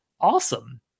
awesome